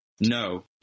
No